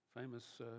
famous